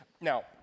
Now